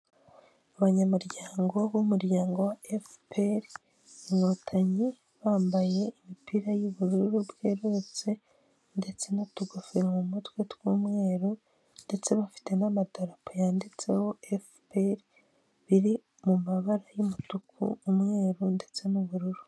Abanyamuryango b'umuryango wa efuperi inkotanyi bambaye imipira y'ubururu bwerurutse ndetse n'utugofero mu mutwe tw'umweru, ndetse bafite n'amadapo yanditseho fpr biri mu mabara y'umutukuu umweru ndetse n'ubururu.